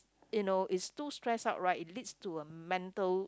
you know it's too stress up right it leads to a mental